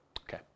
Okay